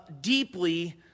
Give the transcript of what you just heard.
deeply